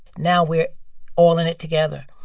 now we're all in it together.